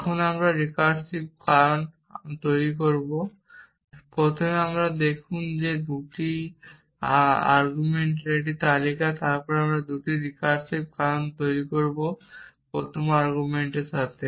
এখন আমরা রিকার্সিভ কারণ তৈরি করব প্রথমে আপনি দেখুন যে এটি 2টি আর্গুমেন্টের একটি তালিকা তারপর আমরা 2টি রিকারসিভ কারণ তৈরি করব প্রথম আর্গুমেন্টের সাথে